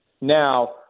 now